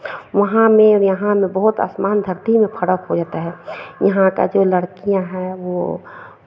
वहाँ में और यहाँ में बहुत आसमान धरती में फ़र्क हो जाता है यहाँ का जो लड़कियाँ हैं वो